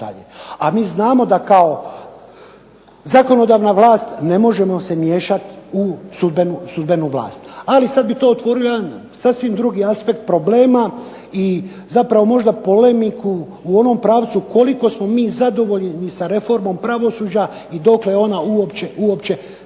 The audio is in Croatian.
A mi znamo da kao zakonodavna vlast ne možemo se miješati u sudbenu vlast. Ali sada bi to otvorilo jedan sasvim drugi aspekt problema i možda problematiku u onom pravcu koliko smo mi zadovoljni sa reformom pravosuđa i dokle je ona uopće došla.